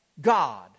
God